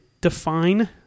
define